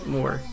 More